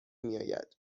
میآید